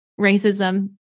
racism